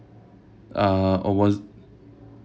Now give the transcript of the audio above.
uh or was